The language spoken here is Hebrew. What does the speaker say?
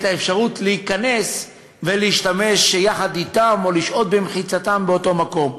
את האפשרות להיכנס ולהשתמש יחד אתם או לשהות במחיצתם באותו מקום.